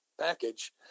package